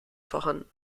vorhanden